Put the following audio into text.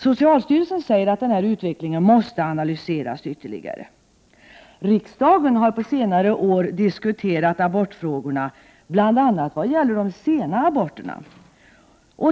Socialstyrelsen säger att denna utveckling måste analyseras ytterligare. Riksdagen har på senare år diskuterat abortfrågorna, bl.a. vad gäller de sena aborterna.